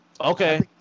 Okay